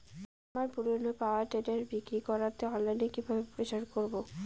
আমার পুরনো power tiller বিক্রি করাতে অনলাইনে কিভাবে প্রচার করব?